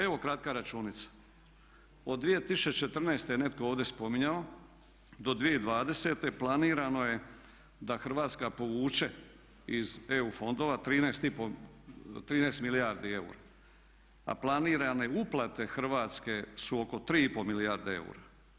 Evo kratka računica, od 2014.je netko ovdje spominjao do 2002.planirano je da Hrvatska povuće iz EU fondova 13 milijardi eura a planirane uplate Hrvatske su oko 3,5 milijarde eura.